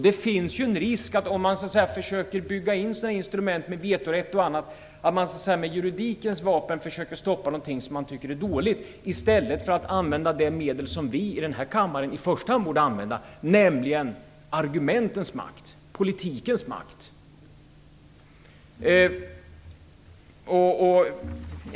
Det finns en risk för att vi i den här kammaren bygger instrument med vetorätt och annat - dvs. använder juridiken - för att stoppa någonting som vi tycker är dåligt i stället för att använda argumentens, politikens, makt.